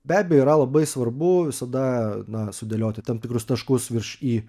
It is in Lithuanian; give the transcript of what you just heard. be abejo yra labai svarbu visada na sudėlioti tam tikrus taškus virš i